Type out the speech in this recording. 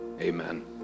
Amen